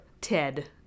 Ted